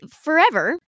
forever